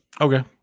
Okay